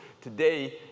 today